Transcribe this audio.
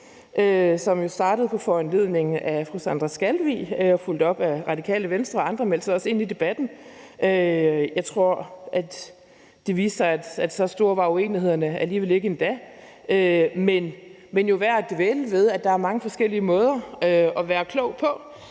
som jo startede på foranledning af fru Sandra Elisabeth Skalvig og blev fulgt op af Radikale Venstre, og andre meldte sig også ind i debatten. Det viste sig, at så store var uenighederne alligevel ikke endda. Men det er jo værd at dvæle ved, at der er mange forskellige måder at være klog på.